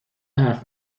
حرف